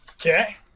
Okay